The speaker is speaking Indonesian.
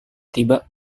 tiba